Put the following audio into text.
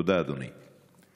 תודה, אדוני.